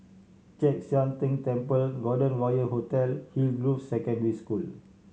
Chek Sian Tng Temple Golden Royal Hotel Hillgrove Secondary School